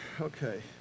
Okay